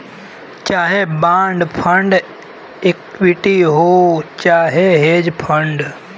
चाहे bond fund equity हौ चाहे हेज फ़ंड